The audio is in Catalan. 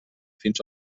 fins